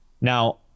now